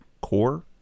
core